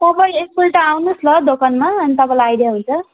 तपाईँ एकपल्ट आउनुहोस् न दोकानमा अनि तपाईँलाई आइडिया हुन्छ